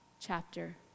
chapter